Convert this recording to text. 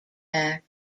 back